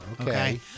Okay